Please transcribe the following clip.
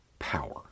power